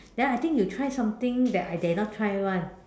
then I think you tried something that I dare not try [one]